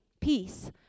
peace